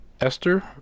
Esther